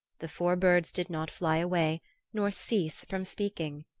the four birds did not fly away nor cease from speaking.